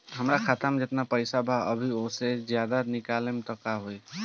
हमरा खाता मे जेतना पईसा बा अभीओसे ज्यादा निकालेम त का होई?